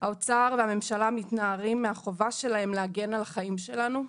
האוצר והממשלה מתנערים מהחובה שלהם להגן על החיים שלנו,